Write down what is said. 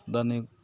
दानि